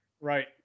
Right